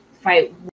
fight